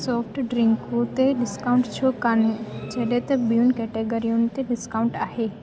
soft ड्रिंकु ते को डिस्काउंट छो कोन्हे जॾहिं त ॿियुनि कैटेगरियुनि ते डिस्काउंट आहे